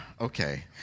Okay